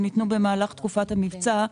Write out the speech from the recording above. שניתנו במהלך תקופת המבצע,